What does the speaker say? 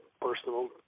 personal